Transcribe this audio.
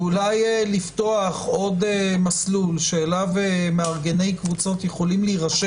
ואולי לפתוח עוד מסלול אליו מארגני קבוצות יכולים להירשם